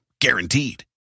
Guaranteed